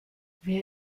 wer